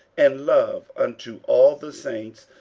and love unto all the saints,